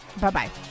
Bye-bye